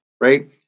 right